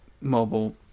mobile